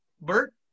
Bert